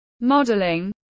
Modeling